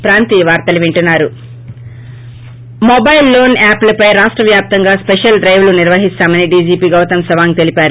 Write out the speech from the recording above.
break mobile loan యాప్లపై రాష్ట వ్యాప్తంగా స్పిషల్ డ్రెవీలు నిర్వహిస్తామని డీజీపీ గౌతం సవాంగ్ తెలిపారు